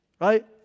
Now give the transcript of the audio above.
right